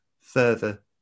Further